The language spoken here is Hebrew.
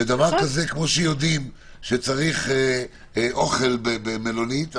כמו שיודעים שצריך אוכל במלונית,